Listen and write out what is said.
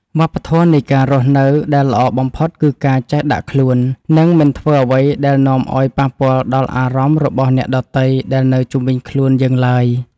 វប្បធម៌នៃការរស់នៅដែលល្អបំផុតគឺការចេះដាក់ខ្លួន និង មិនធ្វើអ្វីដែលនាំឱ្យប៉ះពាល់ដល់អារម្មណ៍របស់អ្នកដទៃដែលនៅជុំវិញខ្លួនយើងឡើយ។